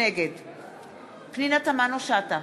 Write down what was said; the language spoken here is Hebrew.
נגד פנינה תמנו-שטה,